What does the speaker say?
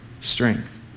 strength